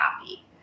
happy